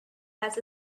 has